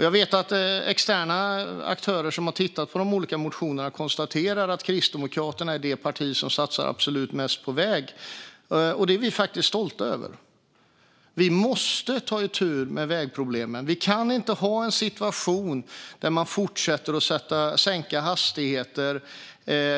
Jag vet att externa aktörer som har tittat på de olika motionerna konstaterar att Kristdemokraterna är det parti som satsar absolut mest på väg. Det är vi faktiskt stolta över! Vi måste ta itu med vägproblemen. Vi kan inte ha en situation där man fortsätter att sänka hastigheter